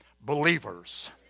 believers